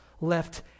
left